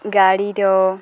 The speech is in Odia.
ଗାଡ଼ିର